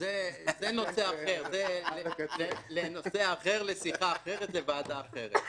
זה נושא אחר, לשיחה אחרת, לוועדה אחרת.